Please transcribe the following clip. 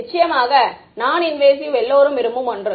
நிச்சயமாக நான் இன்வேசிவ் எல்லோரும் விரும்பும் ஒன்று